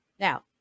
Now